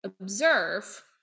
observe